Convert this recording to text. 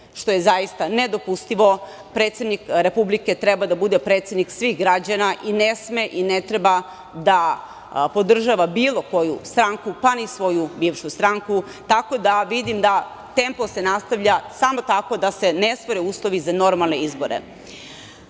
što je zaista nedopustivo. Predsednik Republike treba da bude predsednik svih građana i ne sme i ne treba da podržava bilo koju stranku, pa ni svoju bivšu stranku, tako da vidim da se tempo nastavlja samo tako da se ne stvore uslovi za normalne izbore. Treća